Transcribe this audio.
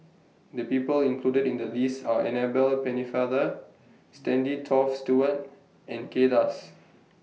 The People included in The list Are Annabel Pennefather Stanley Toft Stewart and Kay Das